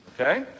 okay